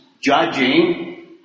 judging